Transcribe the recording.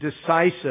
decisive